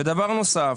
ובנוסף,